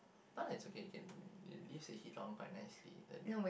no lah it's okay okay it leaves the heat on quite nicely then